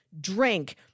drink